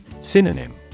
Synonym